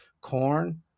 corn